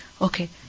okay